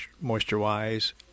moisture-wise